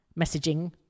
messaging